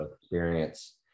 experience